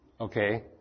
okay